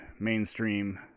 mainstream